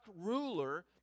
ruler